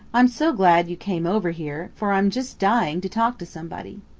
i'm so glad you came over here for i'm just dying to talk to somebody.